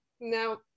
now